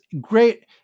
great